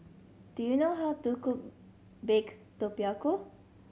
do you know how to cook baked tapioca